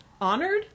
honored